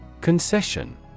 Concession